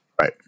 Right